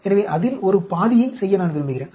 எனவே அதில் ஒரு பாதியை செய்ய நான் விரும்புகிறேன்